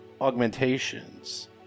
augmentations